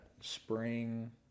spring